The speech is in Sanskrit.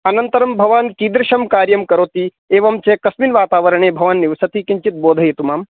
अनन्तरं भवान् कीदृशं कार्यं करोति एवं चेत् कस्मिन् वातावरणे भवान् निवसति किञ्चित् बोधयतु माम्